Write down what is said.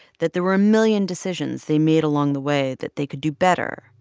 that there were a million decisions they made along the way that they could do better.